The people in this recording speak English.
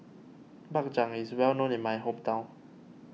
Bak Chang is well known in my hometown